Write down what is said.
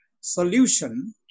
solution